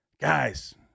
Guys